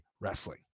wrestling